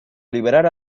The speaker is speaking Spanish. liberar